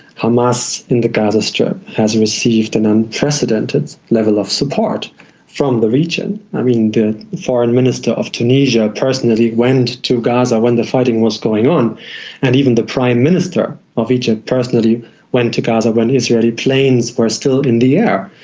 hamas in the gaza strip has received an unprecedented level of support from the region. i mean the foreign minister of tunisia personally went to gaza when the fighting was going on and even the prime minister of egypt personally went to gaza when israeli planes were still in the air.